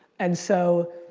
and so.